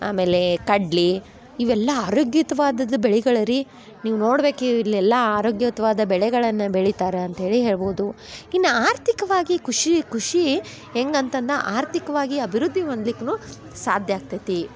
ಆಮೇಲೆ ಕಡ್ಲಿ ಇವೆಲ್ಲ ಆರೋಗ್ಯಯುತವಾದದ್ದು ಬೆಳೆಗಳು ರೀ ನೀವು ನೋಡ್ಬೇಕು ಇವುಯೆಲ್ಲ ಆರೋಗ್ಯಯುತವಾದ ಬೆಳೆಗಳನ್ನ ಬೆಳಿತಾರ ಅಂತ್ಹೇಳಿ ಹೇಳ್ಬೋದು ಇನ್ನ ಆರ್ಥಿಕವಾಗಿ ಖುಷಿ ಖುಷಿ ಹೆಂಗಂತಂದ್ರ ಆರ್ಥಿಕ್ವಾಗಿ ಅಭಿವೃದ್ಧಿ ಹೊಂದ್ಲಿಕುನು ಸಾಧ್ಯ ಆಗ್ತೈತಿ